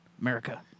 America